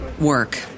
work